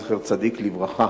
זכר צדיק לברכה.